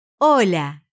hola